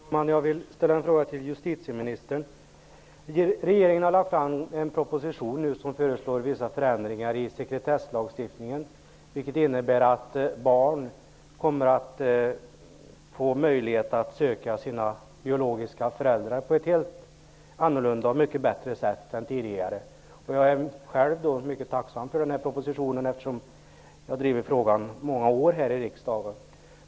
Herr talman! Jag vill ställa en fråga till justitieministern. Regeringen har lagt fram en proposition i vilken man föreslår vissa förändringar i sekretesslagstiftningen. Förändringarna innebär att barn får möjlighet att söka sina biologiska föräldrar på ett helt annorlunda och mycket bättre sätt än tidigare. Jag är mycket tacksam över denna proposition, eftersom jag under många år har drivit frågan här i riksdagen.